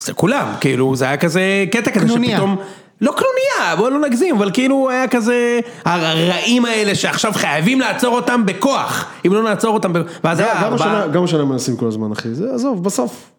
זה כולם, כאילו, זה היה כזה קטע כזה שפתאום... קנוניה. לא קנוניה, בוא לא נגזים, אבל כאילו, היה כזה הרעים האלה שעכשיו חייבים לעצור אותם בכוח. אם לא נעצור אותם... גם ירושלים מנסים כל הזמן, אחי, זה, עזוב, בסוף.